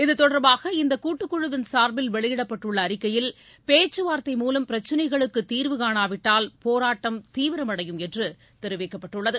இதுதொடர்பாக இந்தக் கூட்டுக் குழுவின் சார்பில் வெளியிடப்பட்டுள்ள அறிக்கையில் பேச்சுவார்த்தை மூலம் பிரச்சினைகளுக்கு தீர்வு காணாவிட்டால் போராட்டம் தீவிரமடையும் என்று தெரிவிக்கப்பட்டுள்ளது